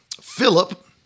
Philip